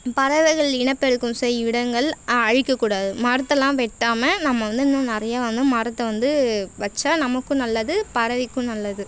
பறவைகள் இனப்பெருக்கம் செய்யும் இடங்கள் அழிக்கக்கூடாது மரத்தெல்லாம் வெட்டாமல் நம்ம வந்து இன்னும் நிறையா வந்து மரத்தை வந்து வைச்சா நமக்கும் நல்லது பறவைக்கும் நல்லது